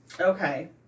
Okay